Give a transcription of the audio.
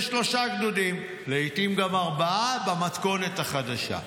יש שלושה גדודים, לעיתים גם ארבעה, במתכונת החדשה.